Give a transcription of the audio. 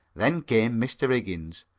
then came mr. iggins.